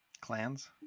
Clans